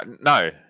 No